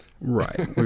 Right